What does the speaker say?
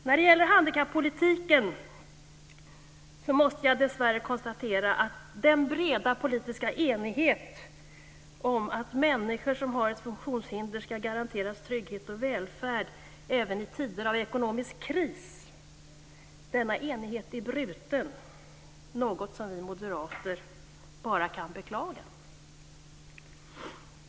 När det gäller handikappolitiken måste jag, dess värre, konstatera att den breda politiska enigheten om att människor som har ett funktionshinder skall garanteras trygghet och välfärd även i tider av ekonomisk kris är bruten, något som vi moderater bara kan beklaga.